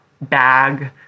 bag